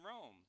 Rome